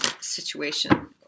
situation